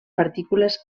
partícules